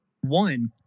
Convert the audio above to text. one